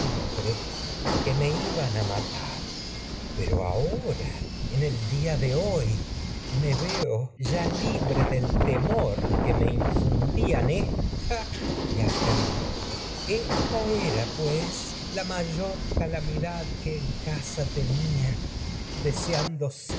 dormir que me podía iban a porque matar pasaba los días creyendo siempre pero ahora en el día de hoy me veo ya libre del temor que me infundían ésta y aquél esta pues era la mayor calamidad que en casa tenia de